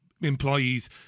employees